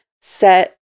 set